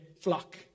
flock